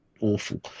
awful